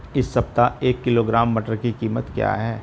इस सप्ताह एक किलोग्राम मटर की कीमत क्या है?